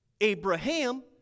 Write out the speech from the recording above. Abraham